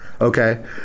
okay